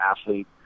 athlete